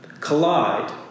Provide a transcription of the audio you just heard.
collide